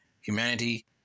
humanity